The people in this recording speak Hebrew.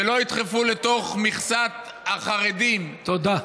ולא ידחפו לתוך מכסת החרדים, תודה.